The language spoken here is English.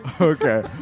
Okay